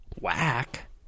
Whack